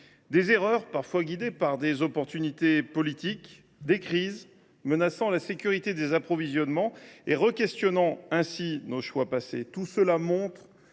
des erreurs parfois guidées par des opportunités politiques, des crises menaçant la sécurité des approvisionnements et mettant en question nos choix passés : tout cela montre